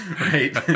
Right